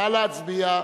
נא להצביע.